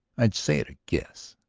i'd say, at a guess,